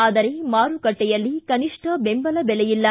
ಆದರೆ ಮಾರುಕಟ್ಟೆಯಲ್ಲಿ ಕನಿಷ್ಟ ಬೆಂಬಲ ಬೆಲೆ ಇಲ್ಲ